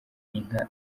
inka